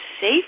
safe